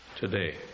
today